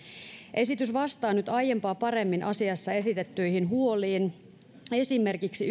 esitys vastaa nyt aiempaa paremmin asiassa esitettyihin huoliin esimerkiksi